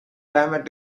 clamored